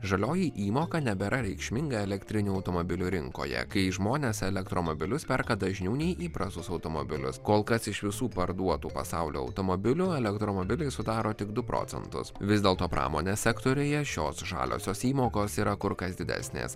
žalioji įmoka nebėra reikšminga elektrinių automobilių rinkoje kai žmonės elektromobilius perka dažniau nei įprastus automobilius kol kas iš visų parduotų pasaulio automobilių elektromobiliai sudaro tik du procentus vis dėlto pramonės sektoriuje šios žaliosios įmokos yra kur kas didesnės